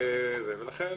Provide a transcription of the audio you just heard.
לכן